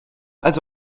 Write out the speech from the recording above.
also